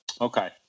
Okay